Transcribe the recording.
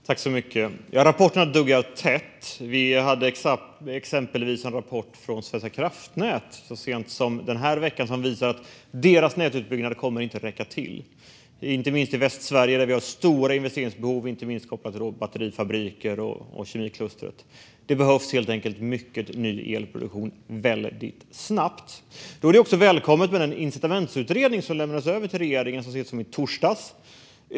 Fru talman! Rapporterna duggar tätt. Det kom exempelvis en rapport från Svenska kraftnät så sent som den här veckan som visar att deras nätutbyggnad inte kommer att räcka till. Det gäller inte minst i Västsverige, där vi har stora investeringsbehov på grund av bland annat batterifabriker och kemikluster. Det behövs helt enkelt mycket ny elproduktion väldigt snabbt. Därför är det också välkommet med den incitamentsutredning som lämnades över till regeringen så sent som i torsdags.